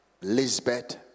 Lisbeth